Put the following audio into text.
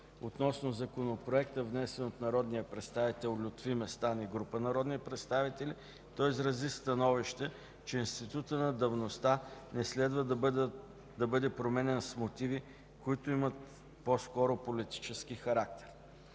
Относно Законопроекта, внесен от народния представител Лютви Местан и група народни представители, той изрази становище, че институтът на давността не следва да бъде променян с мотиви, които имат по-скоро политически характер.